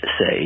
say